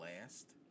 last